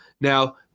Now